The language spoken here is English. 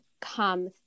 come